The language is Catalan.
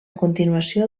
continuació